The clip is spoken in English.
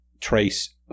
trace